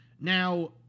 Now